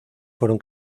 fueron